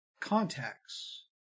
Contacts